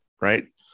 Right